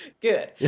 Good